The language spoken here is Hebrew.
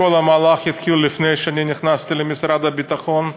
כל המהלך התחיל לפני שאני נכנסתי למשרד הביטחון.